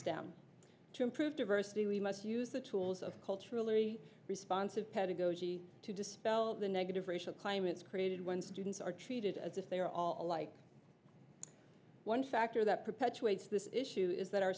stem to improve diversity we must use the tools of culturally responsive pedagogy to dispel the negative racial climate is created when students are treated as if they are all alike one factor that perpetuates this issue is that our